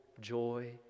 joy